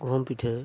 ᱜᱩᱦᱩᱢ ᱯᱤᱴᱷᱟᱹ